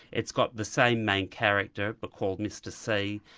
it's got the same main character, but called mr c,